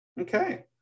okay